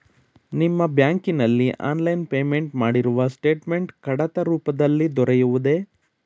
ನಿಮ್ಮ ಬ್ಯಾಂಕಿನಲ್ಲಿ online payment ಮಾಡಿರುವ ಸ್ಟೇಟ್ಮೆಂಟ್ ಕಡತ ರೂಪದಲ್ಲಿ ದೊರೆಯುವುದೇ?